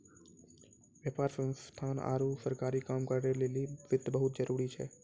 व्यापार संस्थान आरु सरकारी काम करै लेली वित्त बहुत जरुरी छै